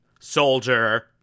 Soldier